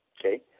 okay